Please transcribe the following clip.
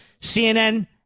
CNN